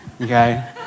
Okay